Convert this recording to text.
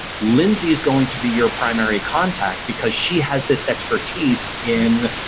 lindsay's going to be your primary contact because she has this expertise in